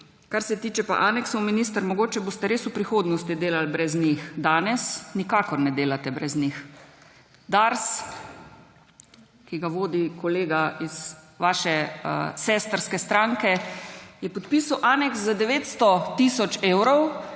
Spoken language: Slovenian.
Kar se tiče pa aneksov, minister, mogoče boste res v prihodnosti delali brez njih. Danes nikakor ne delate brez njih. Dars, ki ga vodi kolega iz vaše sestrske stranke, je podpisal aneks za 900 tisoč evrov.